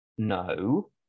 No